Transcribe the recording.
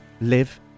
live